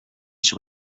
sur